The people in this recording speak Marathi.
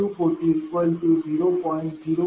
0594 p